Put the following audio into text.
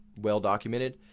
well-documented